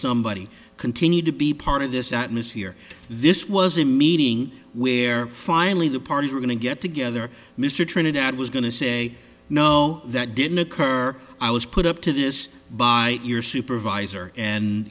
somebody continued to be part of this atmosphere this was a meeting where finally the parties were going to get together mr trinidad was going to say no that didn't occur i was put up to this by your supervisor and